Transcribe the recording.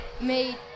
made